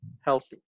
healthy